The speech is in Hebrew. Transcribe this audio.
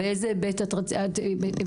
את בהיבט המשפחה?